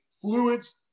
fluids